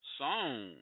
song